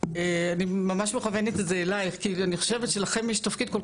אני ממש מכוונת את זה אליך כי אני חושבת שלכם יש תפקיד כל